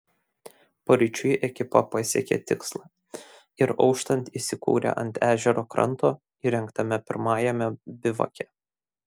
paryčiui ekipa pasiekė tikslą ir auštant įsikūrė ant ežero kranto įrengtame pirmajame bivake